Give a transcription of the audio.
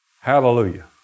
Hallelujah